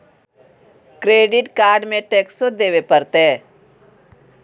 Credit card में टेक्सो देवे परते?